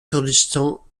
kurdistan